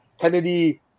Kennedy